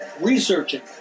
researching